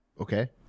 Okay